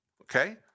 okay